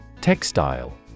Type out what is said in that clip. Textile